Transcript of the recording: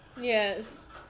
Yes